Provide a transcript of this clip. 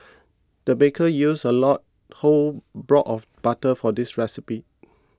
the baker used a lot whole block of butter for this recipe